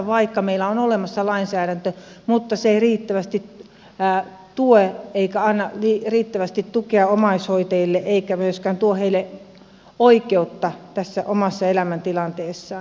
vaikka meillä on olemassa lainsäädäntö se ei anna riittävästi tukea omaishoitajille eikä myöskään tuo heille oikeutta tässä omassa elämäntilanteessaan